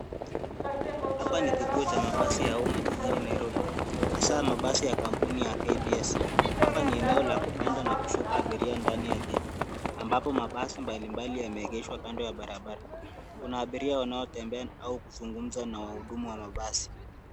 Hapa ni kituo cha mabasi ya uma jijini Nairobi hasa mabasi ya kampuni ya KBS. Hapa ni eneo la kupanda na kushuka abiria ndani ya jiji ambapo mabasi mbali mbali yameegeshwa kando ya barabara. Kuna abiria wanaotembea au kuzungumza na wahudumu wa mabasi.